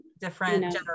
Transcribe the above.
different